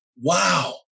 wow